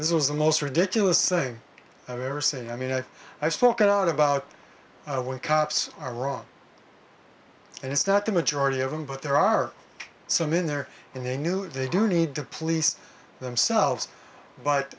this was the most ridiculous thing i've ever said i mean i i spoke out about what cops are wrong and it's not the majority of them but there are some in there and they knew they do need to police themselves but